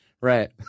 Right